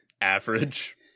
Average